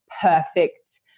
perfect